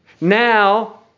Now